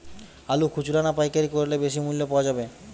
আলু খুচরা না পাইকারি করলে বেশি মূল্য পাওয়া যাবে?